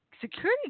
security